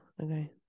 Okay